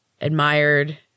Admired